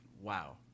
wow